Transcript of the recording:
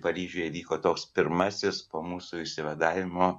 paryžiuje vyko toks pirmasis po mūsų išsivadavimo